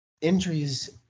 injuries